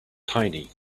tiny